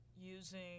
using